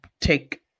take